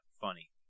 funny